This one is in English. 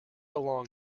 along